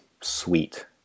sweet